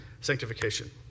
sanctification